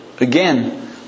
Again